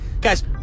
Guys